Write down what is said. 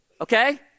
okay